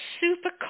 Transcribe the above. super